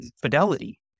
fidelity